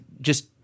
just-